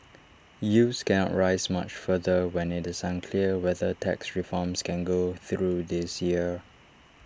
yields cannot rise much further when IT is unclear whether tax reforms can go through this year